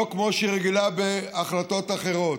לא כמו שהיא רגילה בהחלטות אחרות.